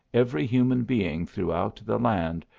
every human being throughout the land,